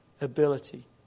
ability